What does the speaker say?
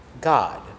God